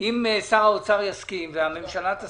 אם שר האוצר ושר התחבורה יסכימו והממשלה תסכים.